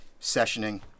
sessioning